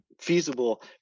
feasible